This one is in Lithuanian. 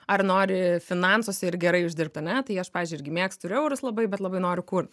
ar nori finansuose ir gerai uždirbt ane tai aš pavyzdžiui irgi mėgstu ir eurus labai bet labai noriu kurt